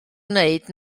wneud